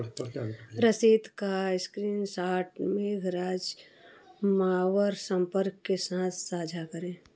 रसीद का स्क्रीनसॉट मेघराज मावर संपर्क के साथ साझा करें